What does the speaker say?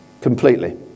completely